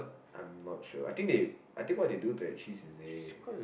I'm not sure I think they I think what they do that cheese is they